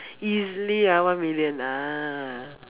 easily ah one million ah